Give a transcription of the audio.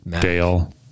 Dale